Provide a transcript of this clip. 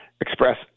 Express